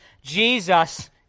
Jesus